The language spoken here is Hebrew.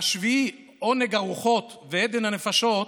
והשביעי עונג הרוחות ועדן הנפשות",